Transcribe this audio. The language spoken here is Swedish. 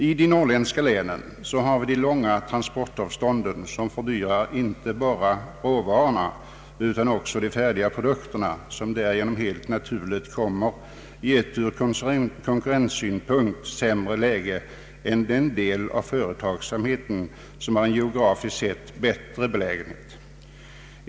I de norrländska länen har vi de långa transportavstånden som fördyrar inte bara råvarorna utan också de färdiga produkterna, som därigenom helt naturligt kommer i ett från konkurrenssynpunkt sämre läge än produkter från den del av företagsamheten som har en geografiskt sett bättre belägenhet.